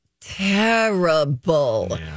terrible